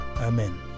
amen